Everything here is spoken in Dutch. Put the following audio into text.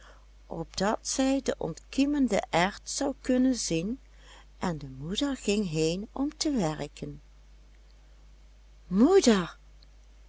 opdat zij de ontkiemende erwt zou kunnen zien en de moeder ging heen om te werken moeder